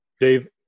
dave